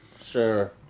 Sure